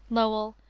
lowell,